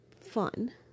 fun